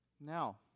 now